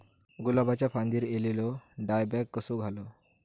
गुलाबाच्या फांदिर एलेलो डायबॅक कसो घालवं?